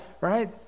right